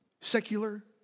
secular